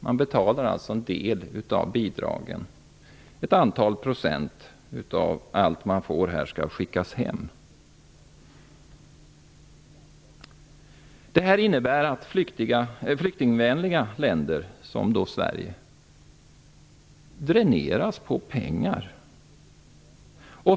Man betalar alltså en del av bidragen, ett antal procent av allt man får här skall skickas hem. Det här innebär att flyktingvänliga länder som Sverige dräneras på pengar.